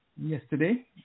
yesterday